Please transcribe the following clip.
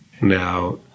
Now